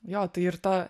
jo tai ir ta